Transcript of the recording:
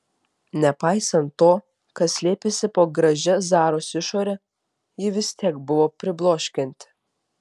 nepaisant to kas slėpėsi po gražia zaros išore ji vis tiek buvo pribloškianti